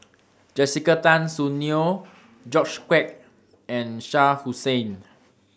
Jessica Tan Soon Neo George Quek and Shah Hussain